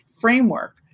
framework